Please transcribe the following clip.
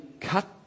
cut